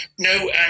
No